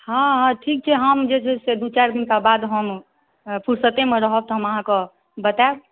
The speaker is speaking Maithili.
हाँ हाँ ठीक छै हम जे छै से दू चारि दिनका बाद हम फुरसतेमे रहब तऽ हम अहाँक बतायब